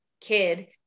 kid